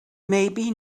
maybe